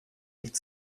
nicht